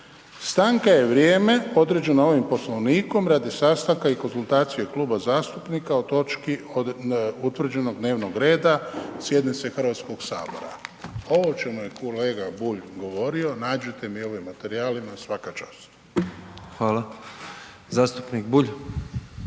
stanka je vrijeme određeno ovim Poslovnikom radi sastanka i konzultacija kluba zastupnik o točki utvrđenog dnevnoga reda sjednice Hrvatskog sabora. Ovo o čemu je kolega Bulj govorio, nađite mi u ovim materijalima, svaka čast. **Petrov, Božo